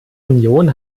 union